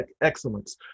excellence